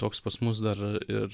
toks pas mus dar ir